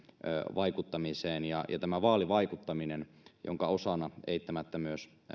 vaikuttamiseen ja tämän vaalivaikuttamisen jonka osana eittämättä myös